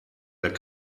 der